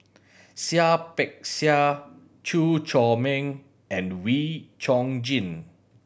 Seah Peck Seah Chew Chor Meng and Wee Chong Jin